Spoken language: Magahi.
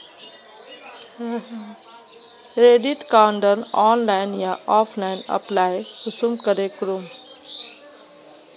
क्रेडिट कार्डेर ऑनलाइन या ऑफलाइन अप्लाई कुंसम करे करूम?